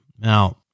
Now